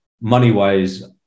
money-wise